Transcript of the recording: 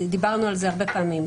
דיברנו על זה הרבה פעמים,